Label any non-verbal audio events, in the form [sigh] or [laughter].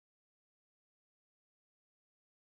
[unintelligible]